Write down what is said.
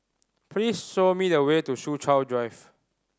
please show me the way to Soo Chow Drive